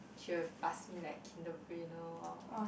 she will pass me like Kinder Bueno